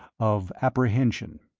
of apprehension.